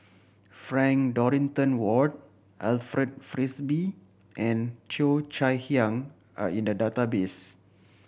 Frank Dorrington Ward Alfred Frisby and Cheo Chai Hiang are in the database